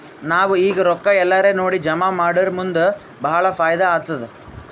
ನಾವ್ ಈಗ್ ರೊಕ್ಕಾ ಎಲ್ಲಾರೇ ನೋಡಿ ಜಮಾ ಮಾಡುರ್ ಮುಂದ್ ಭಾಳ ಫೈದಾ ಆತ್ತುದ್